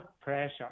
pressure